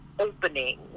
opening